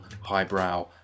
highbrow